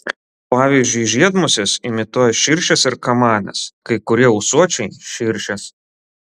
pavyzdžiui žiedmusės imituoja širšes ir kamanes kai kurie ūsuočiai širšes